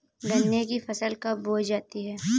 गन्ने की फसल कब बोई जाती है?